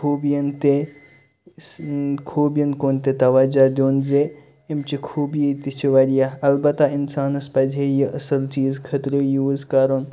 خوٗبیَن تہِ خوٗبیَن کُن تہِ تَوَجہ دِیُن زِ خوٗبیہِ تہِ چھِ واریاہ اَلبَتہَ اِنسانَس پَزہے یہِ اصل چیٖز خٲطرٕ یوٗز کَرُن